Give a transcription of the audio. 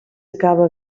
acaba